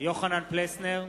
יוחנן פלסנר,